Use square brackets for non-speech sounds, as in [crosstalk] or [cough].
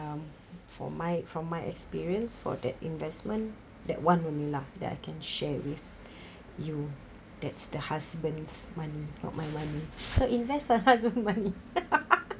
um for my from my experience for the investment that one only lah that I can shared with you that's the husband's money not my money so invest your husband [laughs]